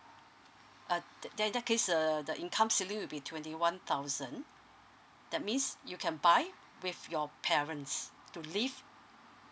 uh that in that case err the income ceiling will be twenty one thousand that means you can buy with your parents to live